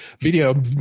video